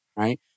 right